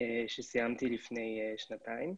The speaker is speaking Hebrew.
סיימתי לפני שנתיים.